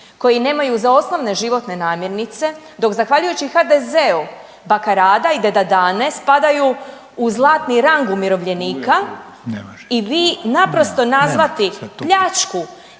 koji nemaju za osnovne životne namirnice, dok zahvaljujući HDZ-u baka Rada i deda Dane spadaju u zlatni rang umirovljenika i vi naprosto nazvati pljačku